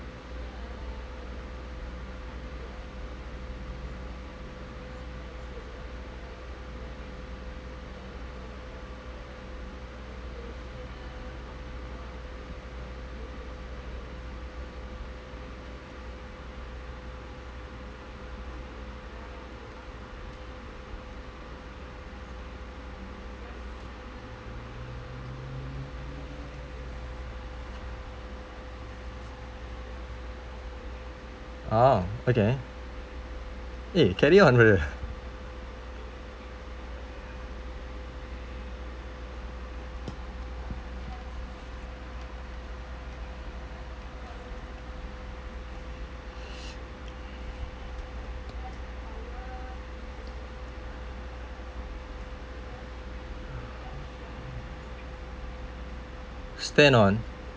oh okay eh carry on brother stand on